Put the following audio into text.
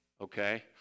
Okay